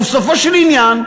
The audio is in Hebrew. ובסופו של עניין,